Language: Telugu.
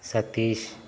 సతీష్